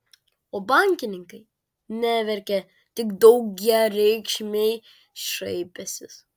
o bankininkai neverkė tik daugiareikšmiai šaipėsi